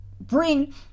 bring